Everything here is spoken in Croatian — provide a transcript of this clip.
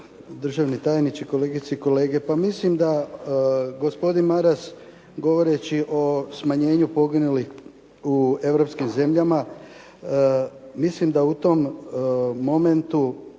državni tajniče, kolegice i kolege. Pa mislim da gospodin Maras govoreći o smanjenju poginulih u europskim zemljama, mislim da u tom momentu